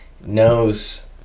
knows